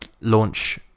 launch